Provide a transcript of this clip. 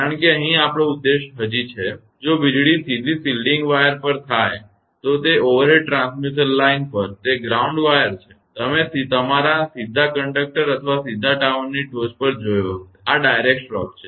કારણ કે અહીં આપણો ઉદ્દેશ હજી છે જો વીજળી સીધી શિલ્ડિંગ વાયર પર થાય તો તે ઓવરહેડ ટ્રાન્સમિશન લાઇન પર તે ગ્રાઉન્ડ વાયર છે તમે તમારા સીધા કંડક્ટર અથવા સીધા ટાવરની ટોચ પર જોયો હશે આ સીધો સ્ટ્રોક છે